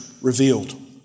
revealed